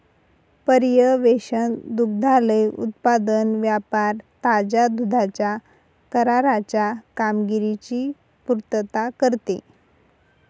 पर्यवेक्षण दुग्धालय उत्पादन व्यापार ताज्या दुधाच्या कराराच्या कामगिरीची पुर्तता करते